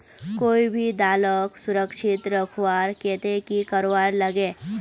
कोई भी दालोक सुरक्षित रखवार केते की करवार लगे?